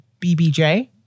BBJ